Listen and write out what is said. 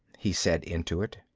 he said into it.